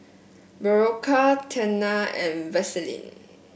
Berocca Tena and Vaselin